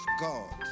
God